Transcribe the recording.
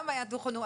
בפרוטוקול.